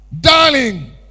darling